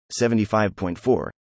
75.4